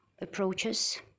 approaches